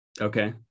Okay